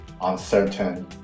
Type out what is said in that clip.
uncertain